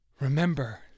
Remember